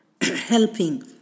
helping